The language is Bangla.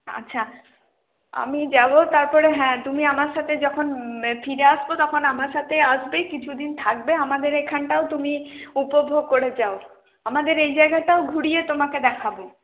আচ্ছা আমি যাবো তারপরে হ্যাঁ তুমি আমার সাথে যখন ফিরে আসব তখন আমার সাথেই আসবে কিছুদিন থাকবে আমাদের এখানটাও তুমি উপভোগ করে যাও আমাদের এই জায়গাটাও ঘুরিয়ে তোমাকে দেখাব